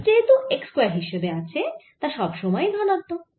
x যেহেতু x square হিসেবে আছে তা সব সময়েই ধনাত্মক